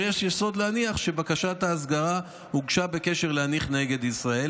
יש יסוד להניח שבקשת ההסגרה הוגשה בקשר להליך נגד ישראל.